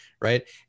right